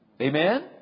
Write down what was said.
Amen